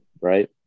right